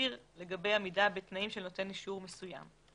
תצהיר לגבי עמידה בתנאים של נותן אישור מסוים.